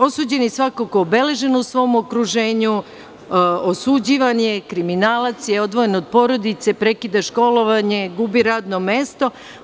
Osuđeni je svakako obeležen u svom okruženju, osuđivan je, kriminalac je, odvojen od porodice, prekida školovanje, gubi radno mesto.